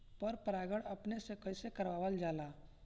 पर परागण अपने से कइसे करावल जाला?